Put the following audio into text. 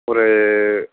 ஒரு